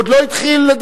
הוא עוד לא התחיל לדבר,